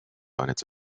its